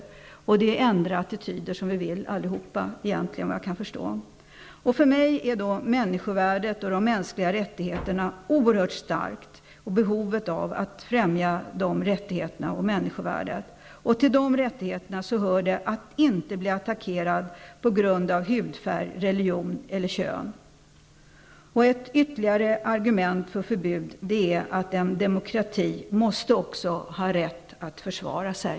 Det är enligt vad jag kan förstå ändra attityder som vi alla egentligen vill. För mig är behovet av att främja människovärdet och de mänskliga rättigheterna oerhört stort. Till de rättigheterna hör det att inte bli attackerad på grund av hudfärg, religion eller kön. Ett ytterligare argument för förbud är att en demokrati också måste ha rätt att försvara sig.